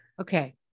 Okay